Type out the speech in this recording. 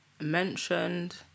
mentioned